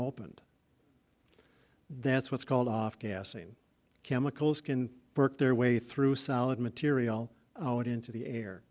opened that's what's called off gas same chemicals can work their way through solid material oh it into the air